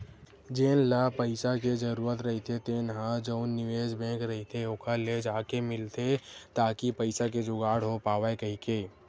जेन ल पइसा के जरूरत रहिथे तेन ह जउन निवेस बेंक रहिथे ओखर ले जाके मिलथे ताकि पइसा के जुगाड़ हो पावय कहिके